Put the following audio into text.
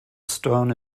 stone